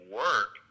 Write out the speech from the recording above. work